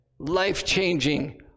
life-changing